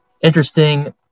interesting